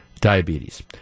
diabetes